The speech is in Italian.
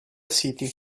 city